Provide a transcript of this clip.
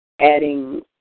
Adding